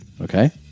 okay